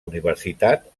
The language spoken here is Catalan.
universitat